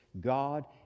God